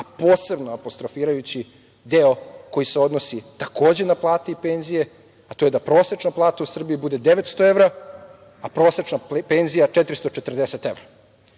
a posebno apostrofirajući deo koji se odnosi, takođe, na plate i penzije, a to je da prosečna plata u Srbiji bude 900 evra, a prosečna penzija 440 evra. Hteo